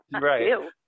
right